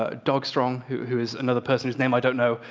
ah dogstrong, who who is another person whose name i don't know,